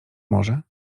może